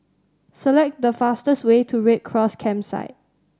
select the fastest way to Red Cross Campsite